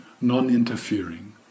non-interfering